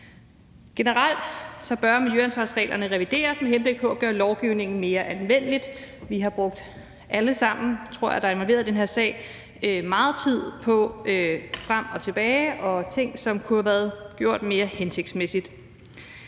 Generelt bør miljøansvarsreglerne revideres med henblik på at gøre lovgivningen mere anvendelig. Jeg tror, at alle os, der er involveret i den her sag, har brugt meget tid på frem og tilbage og på ting, som kunne have været gjort mere hensigtsmæssigt.